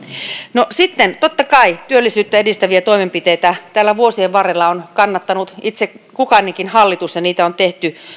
no sitten totta kai työllisyyttä edistäviä toimenpiteitä täällä vuosien varrella on kannattanut itse kukainenkin hallitus ja niitä on tehty